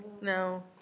No